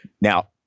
Now